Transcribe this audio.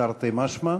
תרתי משמע.